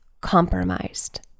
compromised